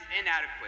inadequate